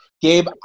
Gabe